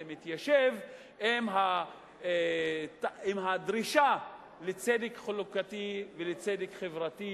זה מתיישב עם הדרישה לצדק חלוקתי ולצדק חברתי,